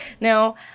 Now